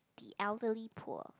the elderly poor